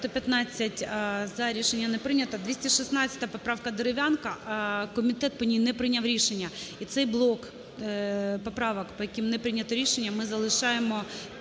За-115 Рішення не прийняте. 216 поправка, Дерев'янко. Комітет по ній не прийняв рішення. І цей блок поправок, по яким не прийняте рішення, ми залишаємо